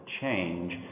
change